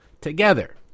together